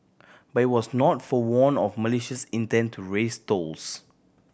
but it was not forewarn of Malaysia's intent to raise tolls